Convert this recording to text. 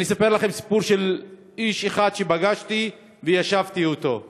ואני אספר לכם סיפור של איש אחד שפגשתי וישבתי אתו.